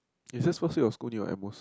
is it supposed to be your school new